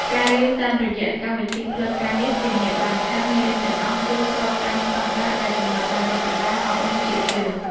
ការរៀនតាមរយៈកម្មវិធីផ្លូវការនេះធានាបានថាមេរៀនទាំងអស់ គឺស្របតាមស្តង់ដារដែលកំណត់ដោយរដ្ឋបាលអប់រំជាតិយើង។